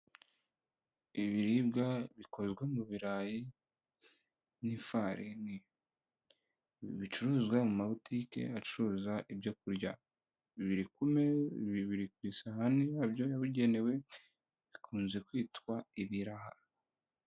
Ibiribwa bikozwe mu birayi n'ifarini. Bicuruzwa mu mabutiki acuruza ibyo kurya. Biri kumwe biri ku isahani yabyo yabugenewe, bikunze kwitwa ibiraha.